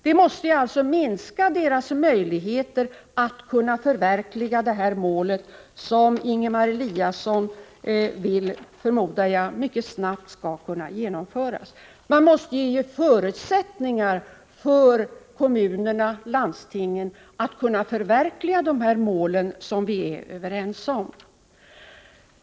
Det måste alltså minska deras möjligheter att uppnå det mål som Ingemar Eliasson vill, förmodar jag, mycket snart skall uppnås. Man måste ge förutsättningar för kommunerna och landstingen att uppnå de mål som vi är överens om.